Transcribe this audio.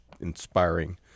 inspiring